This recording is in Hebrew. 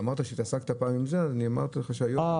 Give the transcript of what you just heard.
אמרת שהתעסקת פעם עם זה אז אני אמרתי לך -- כן,